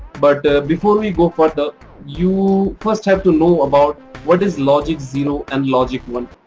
but before we go further you first have to know about what is logic zero and logic one.